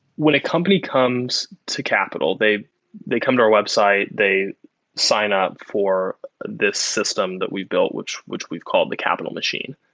when a company comes to capital, they they come to our website. they sign up for this system that we've built, which which we've called the capital machine.